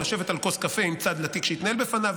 או לשבת עם כוס קפה עם צד לתיק שהתנהל בפניו,